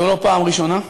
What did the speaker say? זו לא פעם ראשונה,